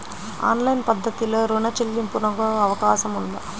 Online పద్ధతిలో రుణ చెల్లింపునకు అవకాశం ఉందా?